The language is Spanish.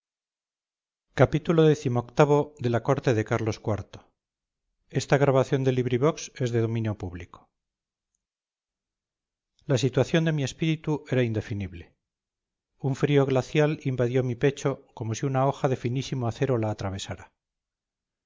xxvi xxvii xxviii la corte de carlos iv de benito pérez galdós la situación de mi espíritu era indefinible un frío glacial invadió mi pecho como si una hoja de finísimo acero lo atravesara